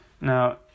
Now